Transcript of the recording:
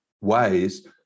ways